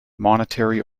monetary